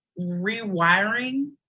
rewiring